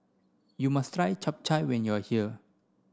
you must try Chap Chai when you are here